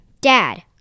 Dad